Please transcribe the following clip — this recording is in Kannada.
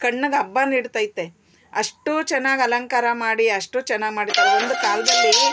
ಕಣ್ಣಿಗ್ ಹಬ್ಬ ನೀಡ್ತೈತೆ ಅಷ್ಟೂ ಚೆನ್ನಾಗ್ ಅಲಂಕಾರ ಮಾಡಿ ಅಷ್ಟು ಚೆನ್ನಾಗ್ ಮಾಡಿ ಒಂದು ಕಾಲದಲ್ಲಿ